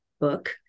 book